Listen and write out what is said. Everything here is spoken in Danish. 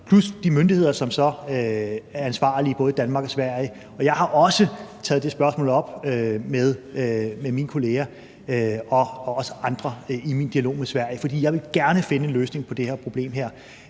plus de myndigheder, som er ansvarlige, i både Danmark og Sverige. Jeg har også taget det spørgsmål op med min kollega og også med andre i min dialog med Sverige, for jeg vil gerne finde en løsning på det her problem